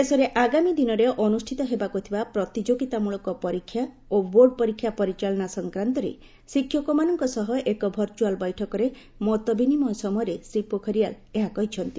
ଦେଶରେ ଆଗାମୀ ଦିନରେ ଅନୁଷ୍ଠିତ ହେବାକୁ ଥିବା ପ୍ରତିଯୋଗୀତା ମୂଳକ ପରୀକ୍ଷା ଓ ବୋର୍ଡ ପରୀକ୍ଷା ପରିଚାଳନା ସଂକ୍ରାନ୍ତରେ ଶିକ୍ଷକମାନଙ୍କ ସହ ଏକ ଭର୍ଚ୍ଚଆଲ୍ ବୈଠକରେ ମତବିନିମୟ ସମୟରେ ଶ୍ରୀ ପୋଖରିଆଲ ଏହା କହିଛନ୍ତି